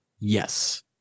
Yes